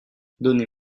donnez